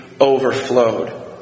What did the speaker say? overflowed